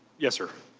yes sir.